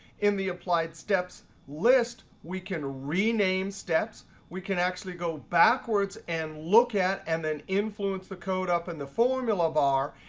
in the applied steps list, we can rename steps. we can actually go backwards and look at and then influence the code up in and the formula bar.